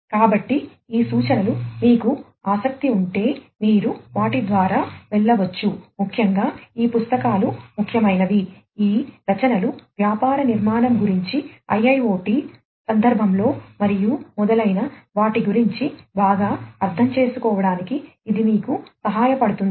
కాబట్టి ఈ సూచనలు మీకు ఆసక్తి ఉంటే మీరు వాటి ద్వారా వెళ్ళవచ్చు ముఖ్యంగా ఈ పుస్తకాలు ముఖ్యమైనవి ఈ రచనలు వ్యాపార నిర్మాణం గురించి IIoT సందర్భంలో మరియు మొదలైన వాటి గురించి బాగా అర్థం చేసుకోవడానికి ఇది మీకు సహాయపడుతుంది